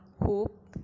Hope